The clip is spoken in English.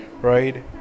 right